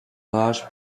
large